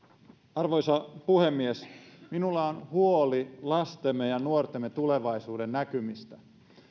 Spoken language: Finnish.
arvoisa puhemies minulla on huoli lastemme ja nuortemme tulevaisuudennäkymistä